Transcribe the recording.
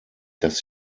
dass